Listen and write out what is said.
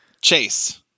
Chase